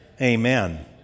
Amen